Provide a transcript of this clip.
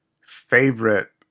favorite